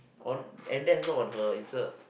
on and that's not her insta